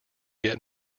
get